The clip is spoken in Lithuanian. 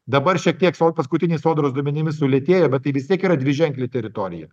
dabar šiek tiek sod paskutiniais sodros duomenimis sulėtėjo bet tai vis tiek yra dviženklė teritorija